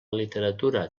literatura